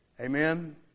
Amen